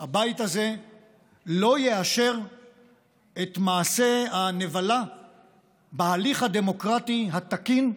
הבית הזה לא יאשר את מעשה הנבלה בהליך הדמוקרטי התקין,